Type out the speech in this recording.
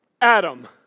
Adam